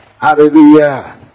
Hallelujah